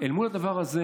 אל מול הדבר הזה